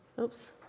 Oops